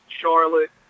Charlotte